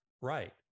Right